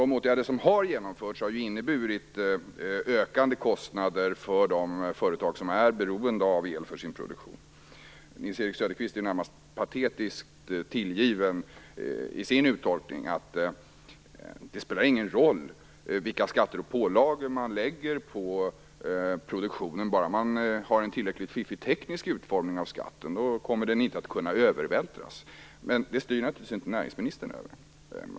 De åtgärder som vidtagits har ju inneburit ökande kostnader för de företag som är beroende av el för sin produktion. Nils-Erik Söderqvist är närmast patetiskt tillgiven i sin uttolkning: Det spelar ingen roll vilka skatter och pålagor som läggs på produktionen. Har man bara en tillräckligt fiffig teknisk utformning av skatten kommer den inte att kunna övervältras. Detta styr näringsministern naturligtvis inte över.